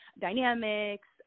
dynamics